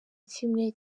kimwe